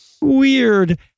Weird